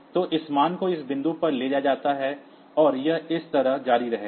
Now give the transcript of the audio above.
तो इस मान को इस बिंदु पर ले जाया जाता है और यह इस तरह जारी रहेगा